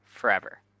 Forever